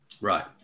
Right